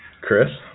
Chris